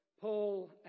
Paul